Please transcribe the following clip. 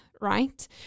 right